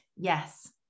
Yes